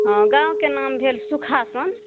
हँ गाँवके नाम भेल सुखासन